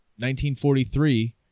1943